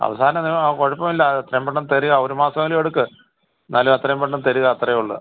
അവസാനം നിങ്ങളാ കുഴപ്പം ഇല്ല എത്രയും പെട്ടന്ന് തരുക ഒരു മാസേലും എടുക്ക് എന്നാലും എത്രയും പെട്ടന്ന് തരുക അത്രേയുള്ളൂ